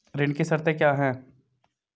ऋण की शर्तें क्या हैं?